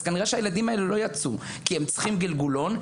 אז כנראה שהילדים האלה לא יצאו כי הם צריכים גלגולון,